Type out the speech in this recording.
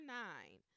nine